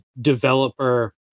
developer